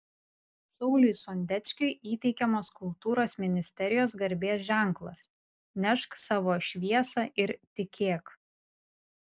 sauliui sondeckiui įteikiamas kultūros ministerijos garbės ženklas nešk savo šviesą ir tikėk